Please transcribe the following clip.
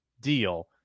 deal